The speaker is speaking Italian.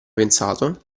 pensato